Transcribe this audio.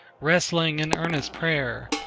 wrestling in earnest prayer,